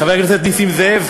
חבר הכנסת נסים זאב,